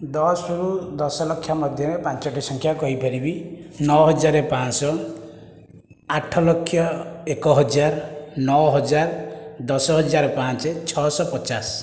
ଦଶ ରୁ ଦଶ ଲକ୍ଷ ମଧ୍ୟରେ ପାଞ୍ଚଟି ସଂଖ୍ୟା କହିପାରିବି ନଅ ହଜାରେ ପାଞ୍ଚଶହ ଆଠ ଲକ୍ଷ ଏକ ହଜାର ନଅ ହଜାର ଦଶ ହଜାର ପାଞ୍ଚ ଛଅଶହ ପଚାଶ